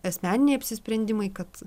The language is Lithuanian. asmeniniai apsisprendimai kad